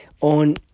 on